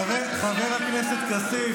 חבר הכנסת כסיף,